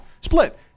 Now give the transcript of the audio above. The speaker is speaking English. Split